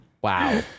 Wow